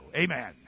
Amen